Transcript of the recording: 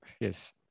Yes